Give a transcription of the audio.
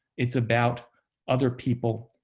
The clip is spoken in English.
it's about other people.